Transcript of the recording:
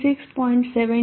72 Voc 8